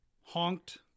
honked